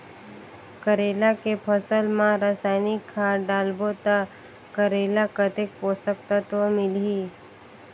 करेला के फसल मा रसायनिक खाद डालबो ता करेला कतेक पोषक तत्व मिलही?